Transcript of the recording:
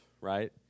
right